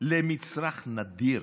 למצרך נדיר